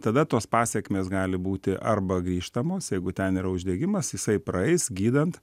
tada tos pasekmės gali būti arba grįžtamos jeigu ten yra uždegimas jisai praeis gydant